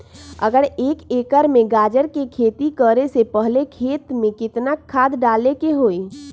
अगर एक एकर में गाजर के खेती करे से पहले खेत में केतना खाद्य डाले के होई?